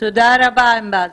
תודה רבה ענבל.